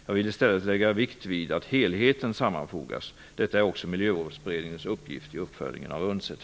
Jag vill i stället lägga vikt vid att helheten sammanfogas. Detta är också Miljövårdsberedningens uppgift i uppföljningen av UNCED.